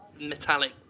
metallic